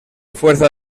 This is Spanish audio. fuerza